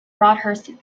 broadhurst